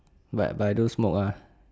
but but I don't smoke uh